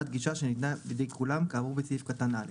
גישה שניתנה בידי כולם כאמור סעיף קטן (א).